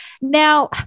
now